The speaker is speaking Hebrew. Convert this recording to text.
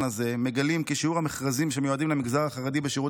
הזה מגלים כי שיעור המכרזים שמיועדים למגזר החרדי בשירות